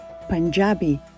Punjabi